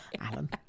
Alan